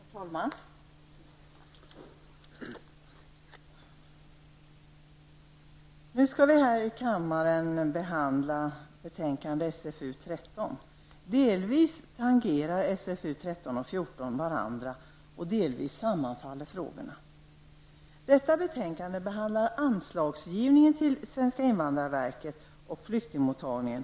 Herr talman! Nu skall vi här i kammaren behandla betänkande SfU13. Delvis tangerar SfU13 och SfU14 varandra, och delvis sammanfaller frågorna. Betänkande SfU13 behandlar anslagsgivningen till svenska invandrarverket och flyktingmottagningen.